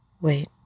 Wait